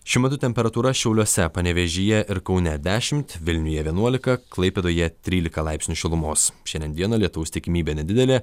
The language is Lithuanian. šiuo metu temperatūra šiauliuose panevėžyje ir kaune dešimt vilniuje vienuolika klaipėdoje trylika laipsnių šilumos šiandien dieną lietaus tikimybė nedidelė